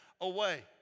away